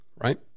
Right